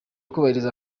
kubahiriza